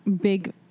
big